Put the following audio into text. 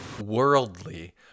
Worldly